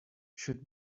should